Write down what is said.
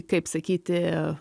kaip sakyti